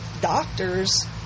doctors